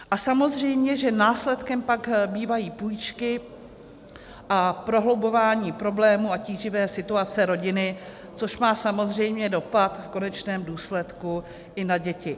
A samozřejmě že následkem pak bývají půjčky a prohlubování problémů a tíživé situace rodiny, což má samozřejmě dopad v konečném důsledku i na děti.